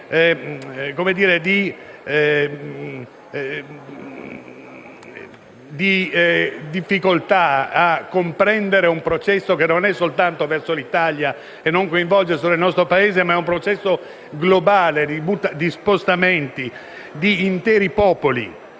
di difficoltà a comprendere un processo che non è soltanto verso l'Italia e non coinvolge solo il nostro Paese ma è un processo globale che vede lo spostamento di interi popoli